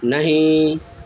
نہیں